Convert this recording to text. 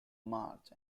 march